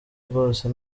rwose